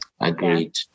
agreed